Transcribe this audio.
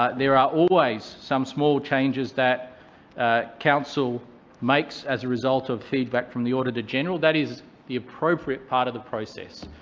ah there are always some small changes that council makes as a result of feedback from the auditor-general. that is the appropriate part of the process.